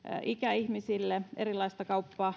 ikäihmisille erilaista